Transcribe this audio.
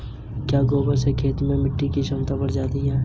क्या गोबर से खेत में मिटी की क्षमता बढ़ जाती है?